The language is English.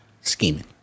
scheming